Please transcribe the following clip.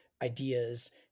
ideas